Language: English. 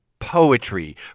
poetry